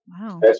Wow